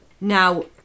now